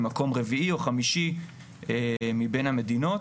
היא מקום רביעי או חמישי מבין המדינות.